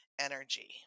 energy